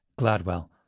Gladwell